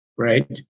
right